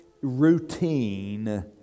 routine